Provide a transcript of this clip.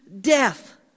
death